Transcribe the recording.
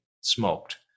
smoked